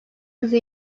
kızı